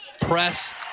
press